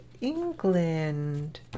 England